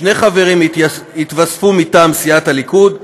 שני חברים יתווספו מטעם סיעת הליכוד,